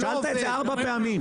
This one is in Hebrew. שאלת את זה ארבע פעמים.